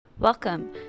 Welcome